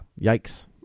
yikes